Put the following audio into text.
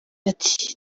ati